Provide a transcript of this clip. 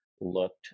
looked